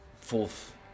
fourth